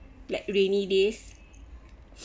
like rainy days